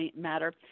matter